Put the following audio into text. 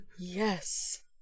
yes